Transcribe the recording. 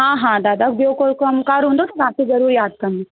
हा हा दादा ॿियो कोई कमु कारि हूंदो त तव्हांखे ज़रूरु यादि कंदमि